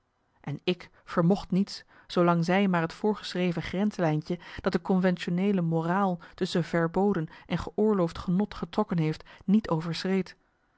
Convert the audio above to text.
en ik vermocht niets zoolang zij maar het voorgeschreven grenslijntje dat de conventioneele moraal tusschen verboden en geoorloofd genot getrokken heeft niet overschreed